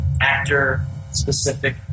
actor-specific